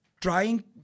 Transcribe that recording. trying